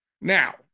Now